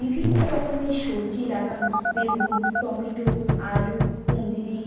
বিভিন্ন রকমের সবজি লাগান বেগুন টমেটো আলু কুঁদরি